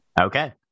Okay